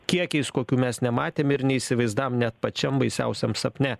kiekiais kokių mes nematėm ir neįsivaizdavom net pačiam baisiausiam sapne